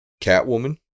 Catwoman